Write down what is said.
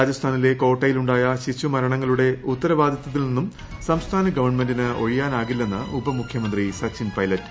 രാജസ്ഥാനിലെ കോട്ടയിലുണ്ടായ ശിശു മരണങ്ങളുടെ ഉത്തരവാദിത്തത്തിൽ നിന്ന് സംസ്ഥാന ഗവൺമെന്റിന് ഒഴിയാനാകില്ലെന്ന് ഉപമുഖൃമന്ത്രി സച്ചിൻ പൈലറ്റ്